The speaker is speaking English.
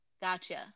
Gotcha